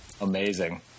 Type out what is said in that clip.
Amazing